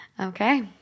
Okay